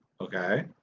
okay